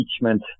impeachment